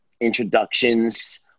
introductions